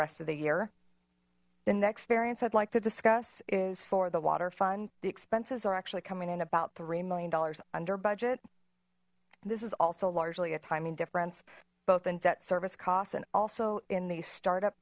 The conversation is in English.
rest of the year in the experience i'd like to discuss is for the water fund the expenses are actually coming in about three million dollars under budget this is also largely a timing difference both in debt service costs and also in the startup